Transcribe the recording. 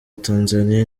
tanzania